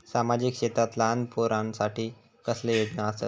सामाजिक क्षेत्रांत लहान पोरानसाठी कसले योजना आसत?